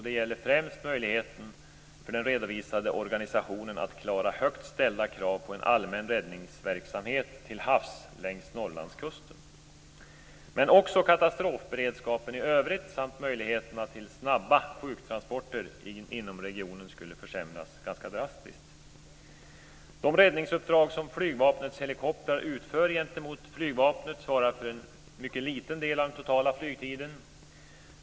Det gäller främst att möjligheten för den redovisade organisationen att klara högt ställda krav på en allmän räddningsverksamhet till havs längs Norrlandskusten, men också katastrofberedskapen i övrigt samt möjligheterna till snabba sjuktransporter inom regionen, skulle försämras ganska drastiskt. De räddningsuppdrag som Flygvapnets helikoptrar utför gentemot Flygvapnet svarar för en mycket liten del av den totala flygtiden.